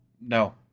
No